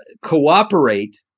cooperate